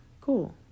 Cool